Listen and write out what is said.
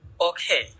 okay